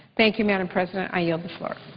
thank you, madam president. i yield the floor.